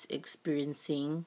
experiencing